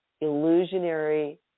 illusionary